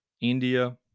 India